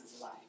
life